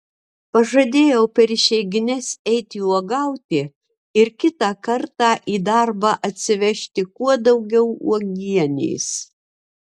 pažadėjau per išeigines eiti uogauti ir kitą kartą į darbą atsivežti kuo daugiau uogienės